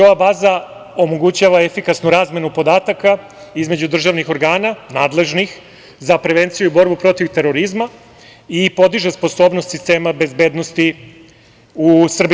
Ova baza omogućava efikasnu razmenu podataka između državnih organa, nadležnih, za prevenciju i borbu protiv terorizma i podiže sposobnost sistema bezbednosti u Srbiji.